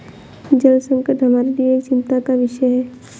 जल संकट हमारे लिए एक चिंता का विषय है